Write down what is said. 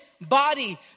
body